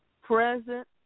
present